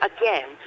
again